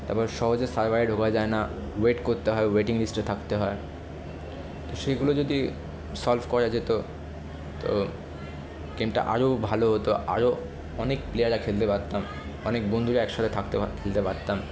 তারপর সহজে সার্ভারে ঢোকা যায় না ওয়েট করতে হয় ওয়েটিং লিস্টে থাকতে হয় সেগুলো যদি সল্ভ করা যেত তো গেমটা আরও ভালো হতো আরও অনেক প্লেয়াররা খেলতে পারতাম অনেক বন্ধুরা এক সাথে থাকতে পা খেলতে পারতাম